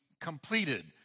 completed